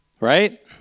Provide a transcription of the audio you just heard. right